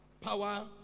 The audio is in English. Power